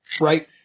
right